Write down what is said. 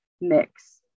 mix